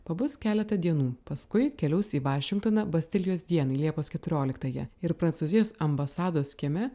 pabus keletą dienų paskui keliaus į vašingtoną bastilijos dieną liepos keturioliktąją ir prancūzijos ambasados kieme